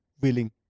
willing